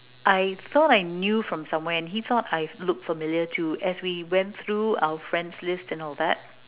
I thought I knew from somewhere and he thought I looked familiar too as we went through our friends list and all that